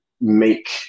make